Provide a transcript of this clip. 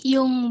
Yung